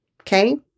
okay